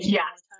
yes